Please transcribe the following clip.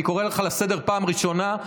אני קורא אותך לסדר בפעם הראשונה,